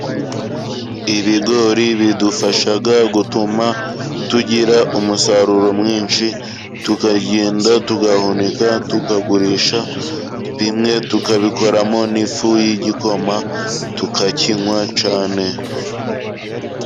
Ibigori bidufasha gutuma tugira umusaruro mwinshi. Tukagenda tugahunika, tukagurisha bimwe tukabikoramo n'ifu y'igikoma tukakinywa cyane.